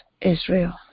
Israel